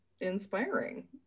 Inspiring